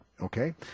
Okay